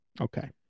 Okay